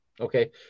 Okay